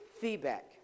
feedback